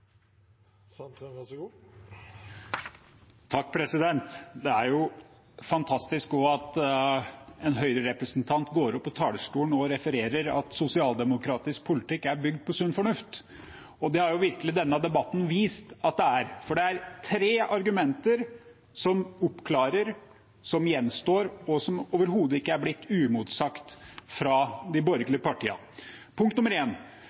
dispensasjonen, og så gir en dette til en helhetlig plan, som er tanken, og dermed svekker man også dette. Det er jo fantastisk at en Høyre-representant går opp på talerstolen og refererer at sosialdemokratisk politikk er bygd på sunn fornuft. Det har jo virkelig denne debatten vist at den er, for det er tre argumenter som oppklarer, som gjenstår, og som overhodet ikke er blitt